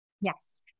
Yes